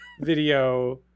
video